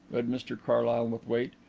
read mr carlyle with weight.